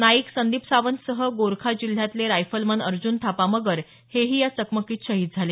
नाईक संदीप सावंतांसह गोरखा जिल्ह्यातले रायफलमन अर्जून थापा मगर हेही या चकमकीत शहीद झाले